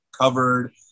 covered